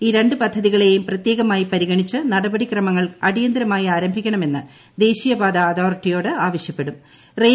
ഈ രണ്ട് പദ്ധതികളേയും പ്രത്യേകമായി പരിഗണിച്ച് നടപടി ക്രമങ്ങൾ അടിയന്തിരമായി ആരംഭിക്കണമെന്ന് ദേശീയപാത അതോറി റ്റിയോട് ആവശ്യപ്പെടും